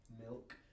milk